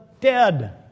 dead